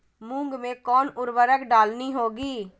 मूंग में कौन उर्वरक डालनी होगी?